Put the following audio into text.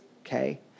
okay